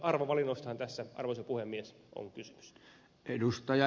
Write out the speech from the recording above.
arvovalinnoistahan tässä arvoisa puhemies on kysymys